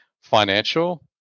financial